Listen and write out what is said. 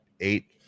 eight